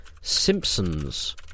Simpsons